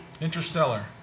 Interstellar